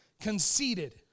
Conceited